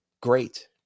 great